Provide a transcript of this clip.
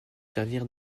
servir